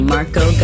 Marco